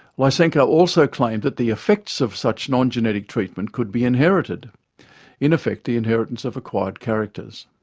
lysenko also claimed that the effects of such non-genetic treatment could be inherited in effect, the inheritance of acquired characters.